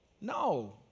No